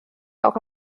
auch